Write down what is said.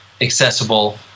accessible